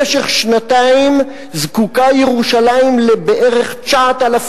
במשך שנתיים זקוקה ירושלים בערך ל-9,000